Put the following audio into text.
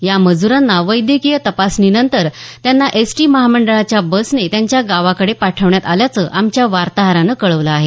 या मजुरांना वैद्यकीय तपासणीनंतर त्यांना एसटी महामंडळाच्या बसने त्यांच्या गावाकडे पाठवण्यात आल्याचं आमच्या वार्ताहरानं कळवलं आहे